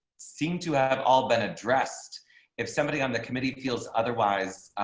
seem to have all been addressed if somebody on the committee feels. otherwise,